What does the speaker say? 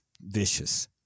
vicious